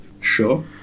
Sure